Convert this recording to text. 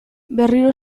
berriro